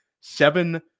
seven